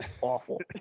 Awful